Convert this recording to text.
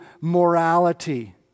morality